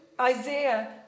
Isaiah